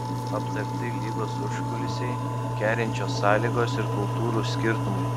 aptarti lygos užkulisiai kerinčios sąlygos ir kultūrų skirtumai